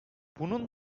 bunun